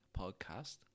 podcast